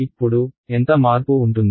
ఇప్పుడు ఎంత మార్పు ఉంటుంది